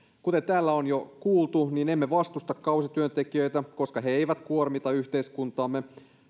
kuten täällä on jo kuultu niin emme vastusta kausityöntekijöitä koska he eivät kuormita yhteiskuntaamme